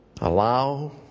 allow